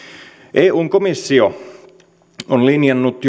eun komissio on linjannut